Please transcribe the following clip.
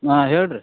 ಹಾಂ ಹೇಳಿ ರೀ